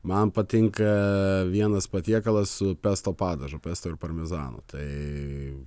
man patinka vienas patiekalas upesto padažu pestu ir parmezanu tai